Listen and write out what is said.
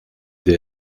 the